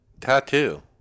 tattoo